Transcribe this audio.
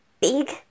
big